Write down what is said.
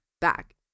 Back